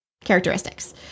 characteristics